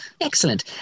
Excellent